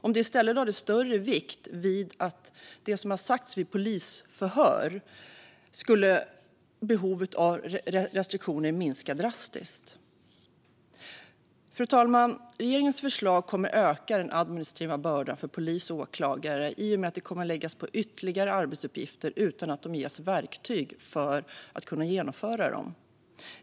Om det i stället lades större vikt vid det som har sagts vid polisförhör skulle behovet av restriktioner minska drastiskt. Fru talman! Regeringens förslag kommer att öka den administrativa bördan för polis och åklagare i och med att de läggs på ytterligare arbetsuppgifter utan att få verktyg för att utföra dem.